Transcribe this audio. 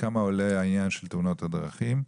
כמה עולה נושא תאונות הדרכים.